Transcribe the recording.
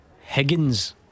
Higgins